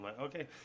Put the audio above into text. okay